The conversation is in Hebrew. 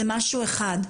זה משהו אחד.